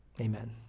amen